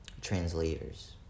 Translators